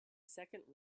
second